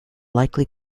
likely